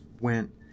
went